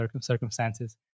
circumstances